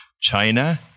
China